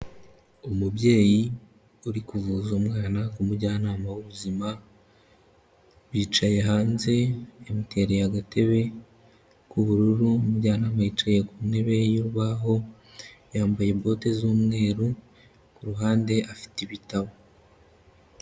Umubyeyi uri kuvuza umwana ku mujyanama w'ubuzima, bicaye hanze yamutereye agatebe k'ubururu, umujyanama yicaye ku ntebe y'urubaho, yambaye bote z'umweru, ku ruhande afite ibitabo.